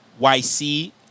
YC